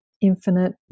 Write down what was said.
infinite